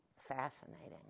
fascinating